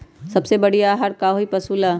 सबसे बढ़िया आहार का होई पशु ला?